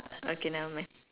okay nevermind